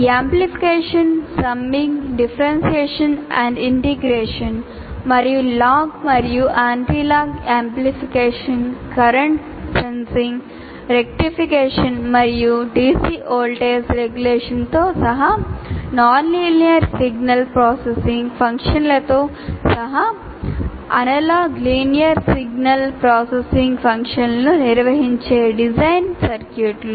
amplification summing differentiation and integration మరియు log మరియు antilog amplification current sensing rectification మరియు DC voltage రెగ్యులేషన్తో సహా నాన్ లీనియర్ సిగ్నల్ ప్రాసెసింగ్ ఫంక్షన్లతో సహా అనలాగ్ లీనియర్ సిగ్నల్ ప్రాసెసింగ్ ఫంక్షన్లను నిర్వహించే డిజైన్ సర్క్యూట్లు